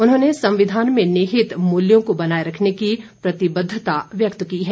उन्होंने संविधान में निहित मुल्यों को बनाए रखने की प्रतिबद्धता व्यक्त की है